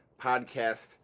podcast